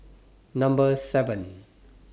Number seven